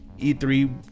E3